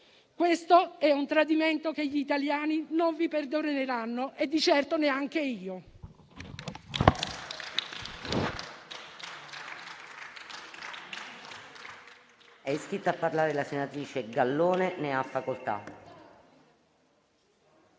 Questo è un tradimento che gli italiani non vi perdoneranno e di certo neanche io.